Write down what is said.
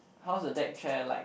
how's the deck chair like